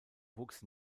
wuchs